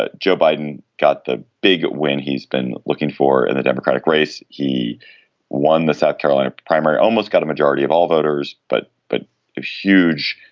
ah joe biden got the big win he's been looking for and the democratic race. he won the south carolina primary. almost got a majority of all voters, but but a huge,